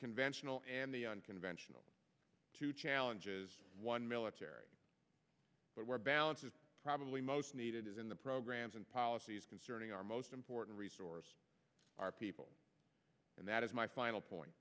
conventional and the unconventional two challenges one military but where balance is probably most needed is in the programs and policies concerning our most important resource our people and that is my final point